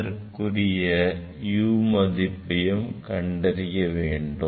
அதற்குரிய u மதிப்பையும் கண்டறிய வேண்டும்